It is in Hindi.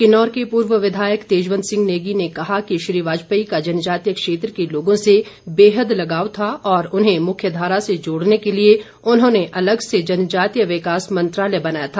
किन्नौर के पूर्व विधायक तेजवंत सिंह नेगी ने कहा कि श्री वाजपेयी का जनजातीय क्षेत्र के लोगों से बेहद लगाव था और उन्हें मुख्य धारा से जोड़ने के लिए उन्होंने अलग से जनजातीय विकास मंत्रालय बनाया था